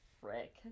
Frick